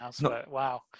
wow